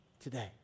today